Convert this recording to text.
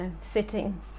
sitting